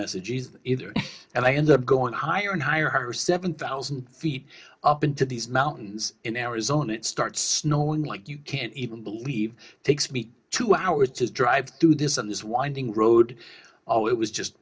messages either and i ended up going to higher and higher higher seven thousand feet up into these mountains in arizona it starts no one like you can't even believe takes me two hours to drive through this on this winding road oh it was just